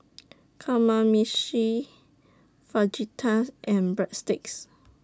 Kamameshi Fajitas and Breadsticks